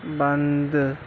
بند